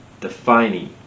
Defining